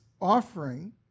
offering